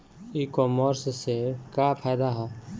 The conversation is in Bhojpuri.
ई कामर्स से का फायदा ह?